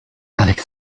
avec